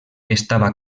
estava